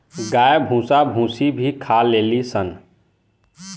गाय भूसा भूसी भी खा लेली सन